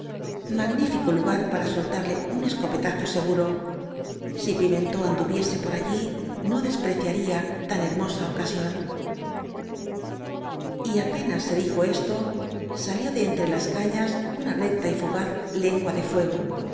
lu gar para soltarle un escopetazo seguro si pimentó anduviese por allí no despreciaría tan hermosa ocasión apenas se elijo esto salió de entre las cañas una recta y fugaz lengua de fuego